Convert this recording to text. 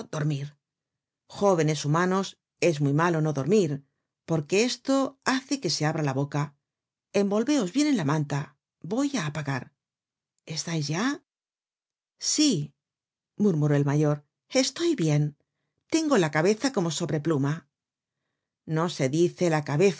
dormir jóvenes humanos es muy malo no dormir porque esto hace que se abra la boca envolveos bien en la manta voy á apagar estais ya sí murmuró el mayor estoy bien tengo la cabeza como sobre pluma no se dice la cabeza